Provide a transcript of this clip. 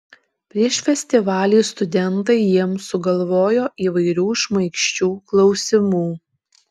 prieš festivalį studentai jiems sugalvojo įvairių šmaikščių klausimų